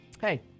Hey